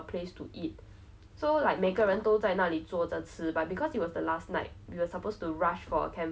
so after that I I think I already feel very uneasy knowing that she vomited it's not because of the worm